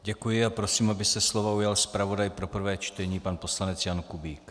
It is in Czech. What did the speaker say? Děkuji a prosím, aby se slova ujal zpravodaj pro prvé čtení pan poslanec Jan Kubík.